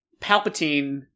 Palpatine